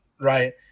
Right